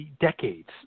decades